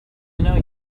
know